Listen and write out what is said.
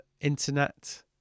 internet